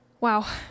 Wow